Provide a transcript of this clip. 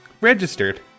registered